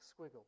squiggle